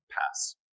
pass